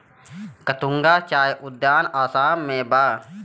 गतूंगा चाय उद्यान आसाम में बा